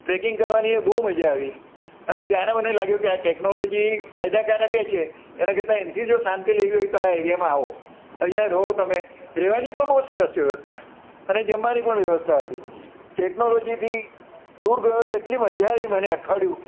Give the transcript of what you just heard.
tracking કરવાની એ બહુ મજા આવી અને ત્યારે મને લાગ્યું કે આ ટેકનોલોજી ફાયદાકારકે છે એનાં કરતા એનાથી જો શાંતિ લેવી હોય તો આ એરિયામાં આવો અહીંયા રહો તમે રહેવાની પણ બહુ સરસ છે વ્યવસ્થા અને જમવાની પણ વ્યવસ્થા હતી ટેકનોલોજીથી દૂર ગયો તો એટલી મજા આવી મને અઠવાડિયું